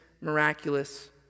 miraculous